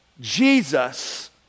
Jesus